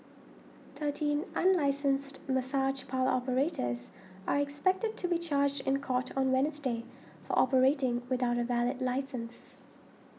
thirteen unlicensed massage parlour operators are expected to be charged in court on Wednesday for operating without a valid licence